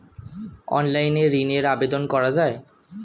অনলাইনে কি ঋনের আবেদন করা যায়?